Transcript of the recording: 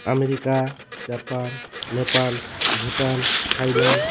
America Japan Nepal Bhutan Thailand